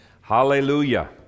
Hallelujah